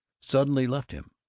suddenly left him,